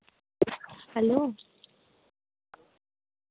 hello